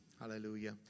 Hallelujah